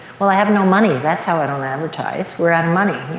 well, i have no money. that's how i don't advertise. we're out of money.